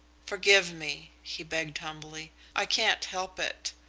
forgive me, he begged humbly. i can't help it.